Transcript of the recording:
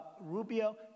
Rubio